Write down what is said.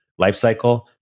lifecycle